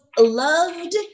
loved